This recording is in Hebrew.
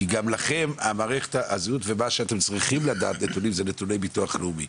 כי גם לכם מערכת הזיהוי ומה שאתם צריכים לדעת זה נתוני ביטוח לאומי.